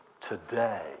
today